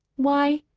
why,